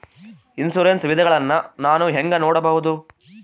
Insurance ವಿಧಗಳನ್ನ ನಾನು ಹೆಂಗ ನೋಡಬಹುದು?